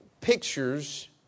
pictures